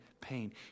pain